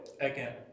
again